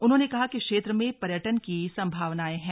उन्होंने कहा कि क्षेत्र में पर्यटन की संभावनाए हैं